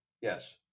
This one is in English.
Yes